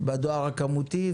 בדואר הכמותי,